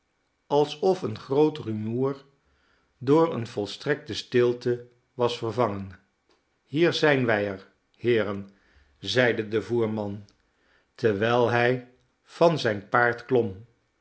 alsof een groot rumoer door eene volstrekte stilte was vervangen hier zijn wij er heeren zeide de voerman terwijl hij van zijn paard klom